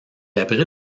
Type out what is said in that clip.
abrite